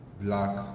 Black